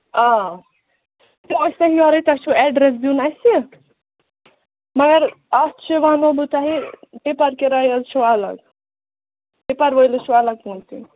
آ تِم ٲسۍتن یوٚرے تۄہہِ چھُو ایڈرَس دیُن اَسہِ مَگر اَتھ چھِ وَنو بہٕ تۄہہِ ٹِپر کِراے حظ چھِ اَلگ ٹِپر وٲلِس چھُو اَلگ پوٚنسہٕ دِنۍ